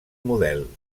model